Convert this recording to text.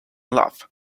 love